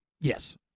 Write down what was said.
Yes